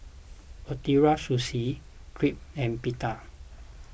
Ootoro Sushi Crepe and Pita